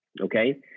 Okay